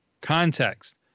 context